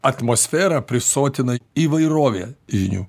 atmosferą prisotina įvairove žinių